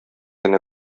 генә